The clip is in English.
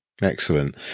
Excellent